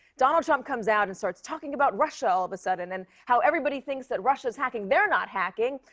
donald trump comes out and starts talking about russia all of a sudden and how everybody thinks that russia is hacking. they're not hacking.